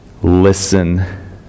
Listen